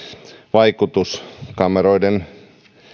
vaikutus kameroiden